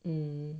mm